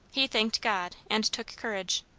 he thanked god, and took courage.